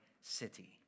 city